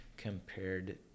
compared